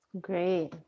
Great